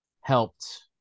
helped